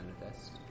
manifest